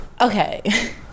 Okay